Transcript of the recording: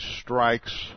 strikes